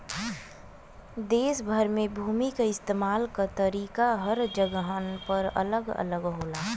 देस भर में भूमि क इस्तेमाल क तरीका हर जगहन पर अलग अलग होला